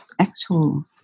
actual